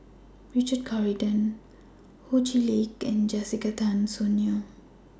Richard Corridon Ho Chee Lick and Jessica Tan Soon Neo